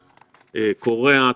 קוריאה,